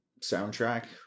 soundtrack